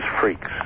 freaks